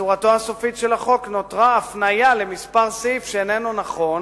בצורתו הסופית של החוק נותרה הפניה למספר סעיף שאיננו נכון,